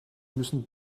müssen